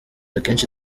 akenshi